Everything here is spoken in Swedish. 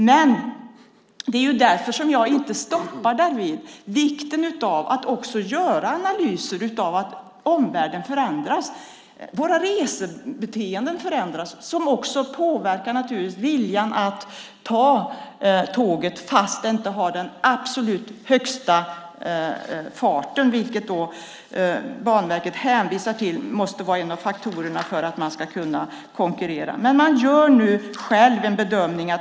Men vi stannar inte därvid. Det är också viktigt att göra analyser utifrån att omvärlden och våra resebeteenden förändras. Det påverkar naturligtvis viljan att ta tåget även om det inte går absolut snabbast, vilket Banverket anser måste vara en av faktorerna för att kunna konkurrera.